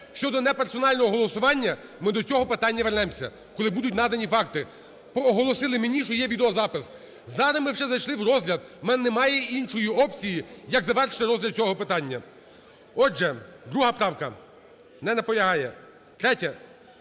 щодо неперсонального голосування, ми до цього питання вернемося. Коли будуть надані факти. Оголосили мені, що є відеозапис. Зараз ми вже зайшли в розгляд, в мене немає іншої опції, як завершити розгляд цього питання. Отже, 2 правка. Не наполягає. 3-я.